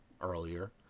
earlier